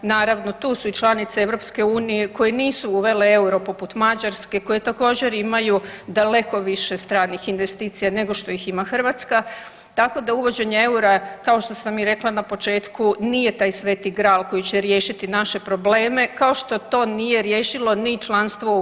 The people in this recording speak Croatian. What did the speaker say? Naravno tu su i članice EU koje nisu uvele euro poput Mađarske, koje također imaju daleko više stranih investicija nego što ima Hrvatska, tako da uvođenje eura kao što sam rekla na početku nije taj Sveti gral koji će riješiti naše probleme, kao što to nije riješilo ni članstvo u EU.